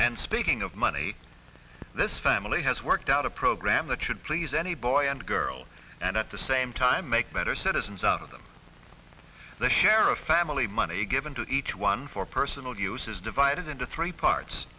and speaking of money this family has worked out a program that should please any boy and girl and at the same time make better citizens out of them the sheriff family money given to each one for personal use is divided into three parts